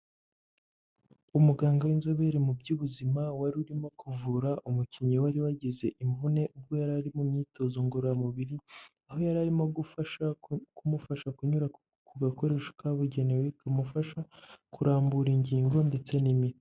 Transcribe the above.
Umuganga w'inzobere mu by'ubuzima wari urimo kuvura umukinnyi wari wagize imvune ubwo yari ari mu myitozo ngororamubiri, aho yari arimo gufasha kumufasha kunyura ku gakoresho kabugenewe, kamufasha kurambura ingingo ndetse n'imitsi.